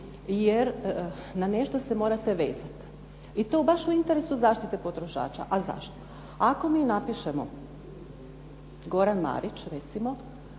jer na nešto se morate vezati. I to baš u interesu zaštite potrošača. A zašto? Ako mi napišemo Goran Marić recimo,